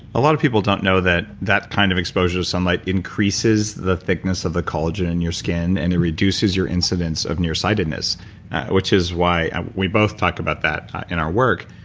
a lot of people don't know that that kind of exposure to sunlight increases the thickness of the collagen in your skin, and it reduces your incidence of nearsightedness which is why we both talk about that in our work.